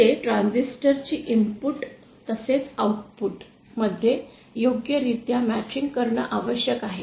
येथे ट्रांझिस्टर चि इनपुट तसेच आउटपुट मध्ये योग्यरित्या जुळणी करणे आवश्यक आहे